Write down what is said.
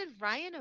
Ryan